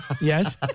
yes